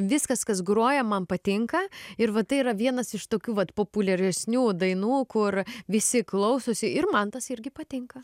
viskas kas groja man patinka ir va tai yra vienas iš tokių vat populiaresnių dainų kur visi klausosi ir man tas irgi patinka